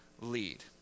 lead